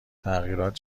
تغییرات